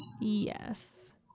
Yes